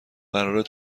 قرارت